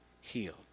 healed